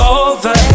over